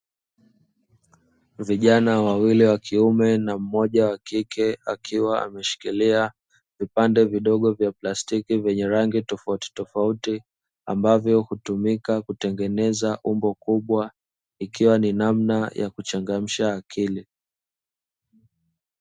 Vijana wawili wa kiume na mmoja wa kike, akiwa ameshikilia vipande vidogo vya plastiki vyenye rangi tofautitofauti, ambavyo hutumika kutengeneza umbo kubwa. Ikiwa ni namna ya kuchangamsha akili.